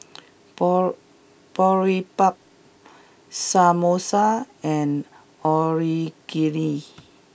borrow Boribap Samosa and Onigiri